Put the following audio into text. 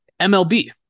MLB